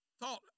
thought